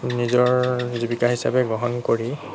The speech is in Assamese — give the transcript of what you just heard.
নিজৰ জীৱিকা হিচাপে গ্ৰহণ কৰি